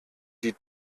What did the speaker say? die